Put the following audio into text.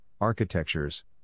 architectures